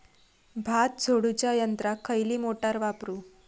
भात झोडूच्या यंत्राक खयली मोटार वापरू?